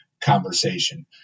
conversation